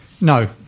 No